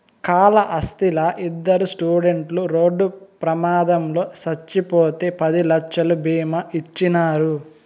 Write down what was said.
కాళహస్తిలా ఇద్దరు స్టూడెంట్లు రోడ్డు ప్రమాదంలో చచ్చిపోతే పది లక్షలు బీమా ఇచ్చినారు